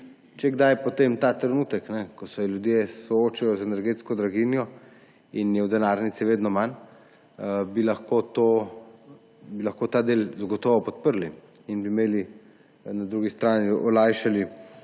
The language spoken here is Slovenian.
potem bi lahko ta trenutek, ko se ljudje soočajo z energetsko draginjo in je v denarnici vedno manj, ta del zagotovo podprli in bi na drugi strani olajšali